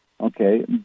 Okay